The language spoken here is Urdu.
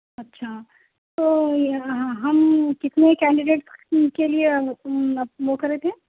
اچھا تو ہم کتنے کینڈیڈیٹ کے لئے وہ کر رہے تھے